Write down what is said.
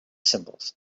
symbols